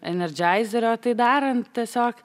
enerdžeizerio tai darant tiesiog